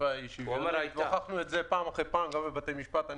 היא שוויונית והוכחנו את זה פעם אחר פעם גם בבתי משפט.